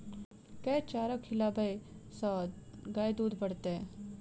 केँ चारा खिलाबै सँ गाय दुध बढ़तै?